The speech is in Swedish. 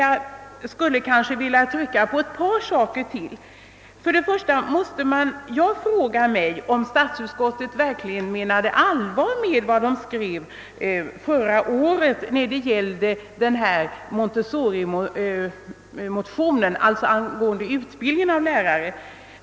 Jag skulle emellertid vilja trycka på ett par saker till. Jag frågar mig om statsutskottet verkligen menade allvar med vad man skrev förra året när det gällde montessorimotionens förslag angående utbildningen av lärare.